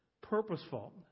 purposeful